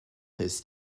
his